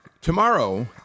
Tomorrow